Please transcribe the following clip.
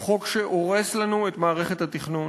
הוא חוק שהורס לנו את מערכת התכנון,